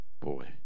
boy